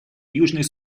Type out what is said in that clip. южный